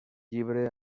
llibre